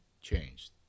changed